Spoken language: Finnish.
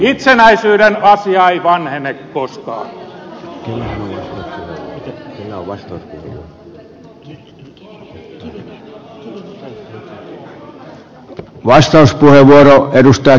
hyvät ystävät itsenäisyyden asia ei vanhene koskaan